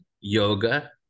yoga